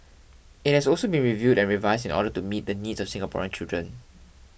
it has also been reviewed and revised in order to meet the needs of Singaporean children